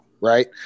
right